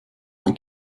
mein